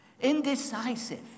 indecisive